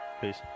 Peace